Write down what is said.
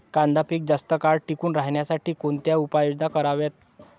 कांदा पीक जास्त काळ टिकून राहण्यासाठी कोणत्या उपाययोजना कराव्यात?